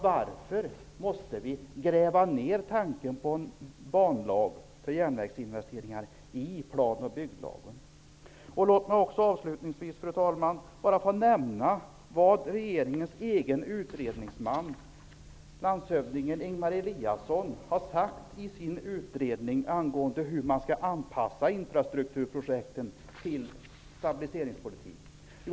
Varför måste vi gräva ner tanken på att införa en banlag för järnvägsinvesteringar, vid sidan av planoch bygglagen? Fru talman! Jag vill avslutningsvis nämna vad regeringens egen utredningsman landshövding Ingemar Eliasson har sagt i sin utredning angånde hur man skall anpassa infrastrukturprojekten till stabiliseringspolitik.